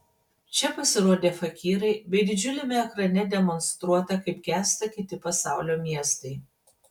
čia pasirodė fakyrai bei didžiuliame ekrane demonstruota kaip gęsta kiti pasaulio miestai